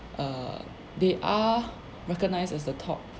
err they are recognized as the top